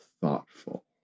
thoughtful